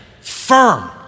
firm